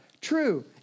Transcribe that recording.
True